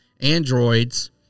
androids